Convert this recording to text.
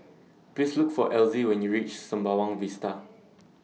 Please Look For Elzy when YOU REACH Sembawang Vista